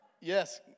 yes